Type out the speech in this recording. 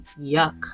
yuck